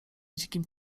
dzikim